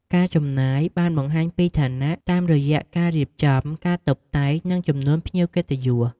ការចំណាយបានបង្ហាញពីឋានៈតាមរយៈការរៀបចំ ការតុបតែង និងចំនួនភ្ញៀវកិត្តិយស។